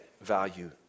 value